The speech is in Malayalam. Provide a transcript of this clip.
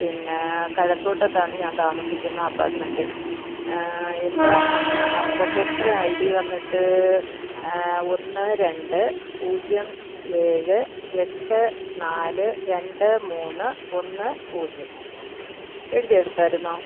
പിന്നെ കഴക്കൂട്ടത്താണ് ഞാൻ താമസിക്കുന്നത് അപ്പാർട്ട്മെൻറ്റ് എൻ്റെ ഉപഭോക്ത ഐ ഡി വന്നിട്ട് ഒന്ന് രണ്ട് പൂജ്യം ഏഴ് എട്ട് നാല് രണ്ട് മൂന്ന് ഒന്ന് പൂജ്യം എഴുതിയെടുത്തായിരുന്നോ